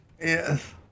Yes